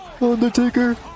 Undertaker